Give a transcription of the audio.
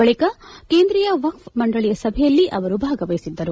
ಬಳಿಕ ಕೇಂದ್ರೀಯ ವಕ್ಪ್ ಮಂಡಳಿಯ ಸಭೆಯಲ್ಲಿ ಅವರು ಭಾಗವಹಿಸಿದ್ದರು